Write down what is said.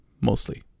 mostly